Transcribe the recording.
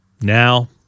Now